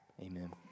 Amen